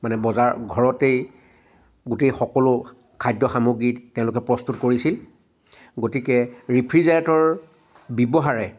মানে বজাৰ ঘৰতে গোটেই সকলো খাদ্য সামগ্ৰী তেওঁলোকে প্ৰস্তুত কৰিছিল গতিকে ৰেফ্ৰিজৰেটৰ ব্যৱহাৰে